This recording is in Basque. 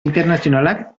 internazionalak